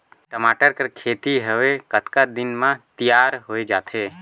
टमाटर कर खेती हवे कतका दिन म तियार हो जाथे?